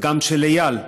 וגם של איל,